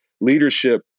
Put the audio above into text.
leadership